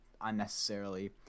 unnecessarily